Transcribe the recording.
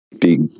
big